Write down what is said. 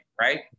right